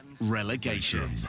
Relegation